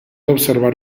observar